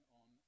on